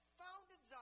founded